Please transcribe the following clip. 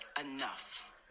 Enough